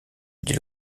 dit